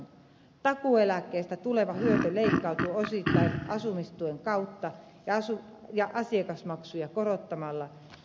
takuu eläkkeistä tuleva hyöty leikkautuu osittain asumistuen kautta ja asiakasmaksuja korottamalla